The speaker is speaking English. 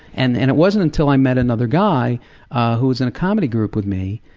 and and it wasn't until i met another guy who was in a comedy group with me,